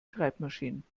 schreibmaschinen